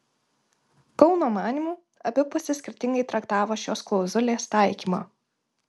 kauno manymu abi pusės skirtingai traktavo šios klauzulės taikymą